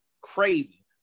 crazy